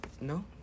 no